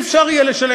לא יהיה אפשר לשלם.